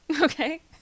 okay